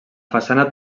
façana